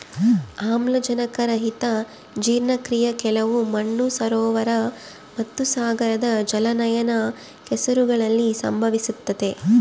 ಆಮ್ಲಜನಕರಹಿತ ಜೀರ್ಣಕ್ರಿಯೆ ಕೆಲವು ಮಣ್ಣು ಸರೋವರ ಮತ್ತುಸಾಗರದ ಜಲಾನಯನ ಕೆಸರುಗಳಲ್ಲಿ ಸಂಭವಿಸ್ತತೆ